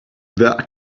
that